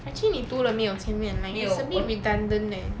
actually 你读了没有前面 like it's a bit redundant leh